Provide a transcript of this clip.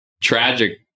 tragic